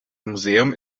museum